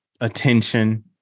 attention